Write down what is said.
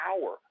power